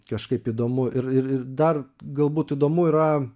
kažkaip įdomu ir ir dar galbūt įdomu yra